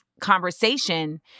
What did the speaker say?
conversation